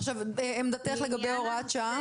מה עמדתך לגבי הוראת השעה?